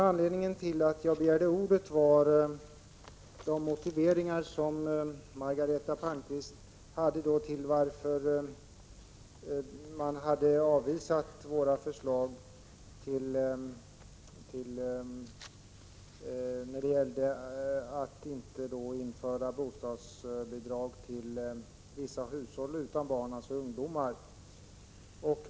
Anledningen till att jag begärde ordet var Margareta Palmqvists motiv för att avvisa centerns förslag att inte införa bostadsbidrag till vissa hushåll utan barn, dvs. ungdomar.